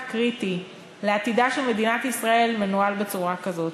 קריטי לעתידה של מדינת ישראל מנוהל בצורה כזאת?